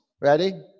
Ready